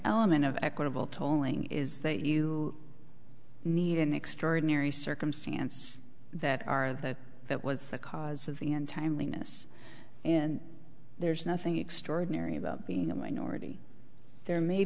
element of equitable tolling is that you need an extraordinary circumstance that are that that was the cause of the end timeliness and there's nothing extraordinary about being a minority there may